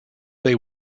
they